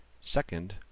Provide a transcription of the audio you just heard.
Second